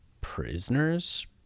prisoners